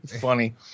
funny